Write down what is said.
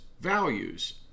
Values